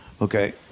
Okay